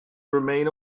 remain